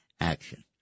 action